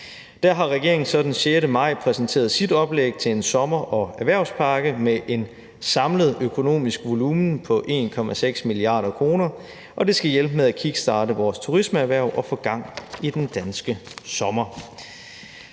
Der har regeringen så den 6. maj præsenteret sit oplæg til en sommer- og erhvervspakke med en samlet økonomisk volumen på 1,6 mia. kr., og det skal hjælpe med at kickstarte vores turismeerhverv og få gang i den danske sommer.